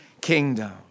kingdom